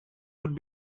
would